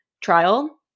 trial